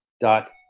dot